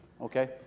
Okay